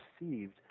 received